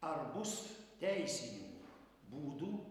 ar bus teisinių būdų